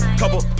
couple